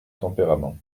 tempérament